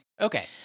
Okay